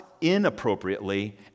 inappropriately